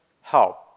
help